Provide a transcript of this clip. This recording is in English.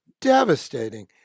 devastating